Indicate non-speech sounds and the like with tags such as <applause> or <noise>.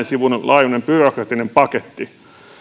<unintelligible> sivun laajuinen byrokraattinen paketti